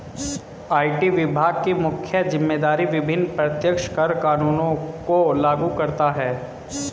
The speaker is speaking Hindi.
आई.टी विभाग की मुख्य जिम्मेदारी विभिन्न प्रत्यक्ष कर कानूनों को लागू करता है